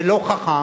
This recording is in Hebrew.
זה לא חכם,